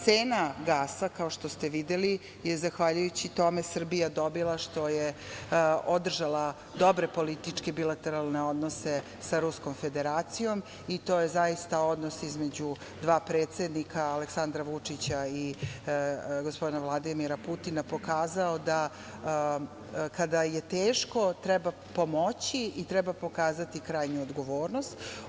Cena gasa, kao što ste videli, je zahvaljujući tome Srbija dobila što je održala dobre političke bilateralne odnose sa Ruskom Federacijom i to je zaista odnos između dva predsednika, Aleksandra Vučića i gospodina Vladimira Putina, pokazao da kada je teško treba pomoći i treba pokazati krajnju odgovornost.